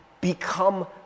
become